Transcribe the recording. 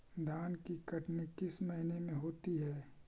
धान की कटनी किस महीने में होती है?